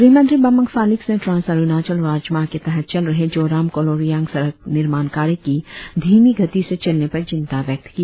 गृह मंत्री बामांग फेलिक्स ने ट्रांस अरुणाचल राजमार्ग के तहत चल रहे जोराम कोलोरियांग सड़क निर्माण कार्य की धीमि गति से चलने पर चिंता व्यक्त किया